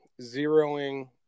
zeroing